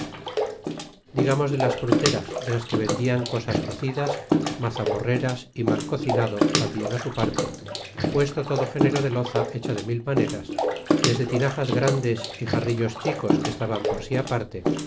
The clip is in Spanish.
de las fruteras de las que vendian cosas cocidas mazamorreras y malcocinado tambien á su parte puesto todo género de loza hecha de mil maneras desde tinajas grandes y jarrillos chicos que estaban per sí aparte